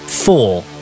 Four